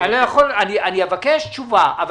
אני אבקש תשובה.